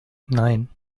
nine